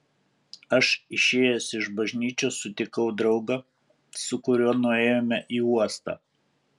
aš išėjęs iš bažnyčios sutikau draugą su kuriuo nuėjome į uostą